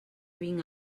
vinc